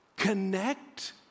connect